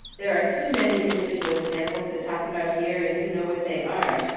there are too many individual examples to talk about here, and you know what they are.